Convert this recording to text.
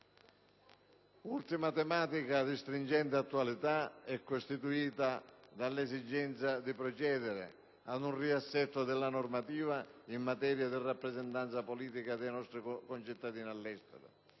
Un'ultima tematica di stringente attualità è costituita dall'esigenza di procedere ad un riassetto della normativa in materia di rappresentanza politica dei nostri concittadini all'estero.